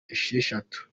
esheshatu